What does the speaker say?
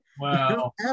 Wow